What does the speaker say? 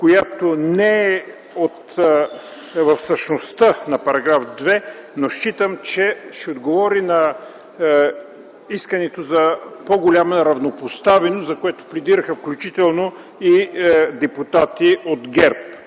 което не е в същността на § 2, но считам, че ще отговори на искането за по-голяма равнопоставеност, за която пледираха включително и депутати от ГЕРБ